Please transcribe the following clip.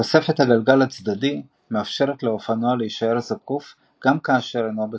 תוספת הגלגל הצדדי מאפשרת לאופנוע להישאר זקוף גם כאשר אינו בתנועה.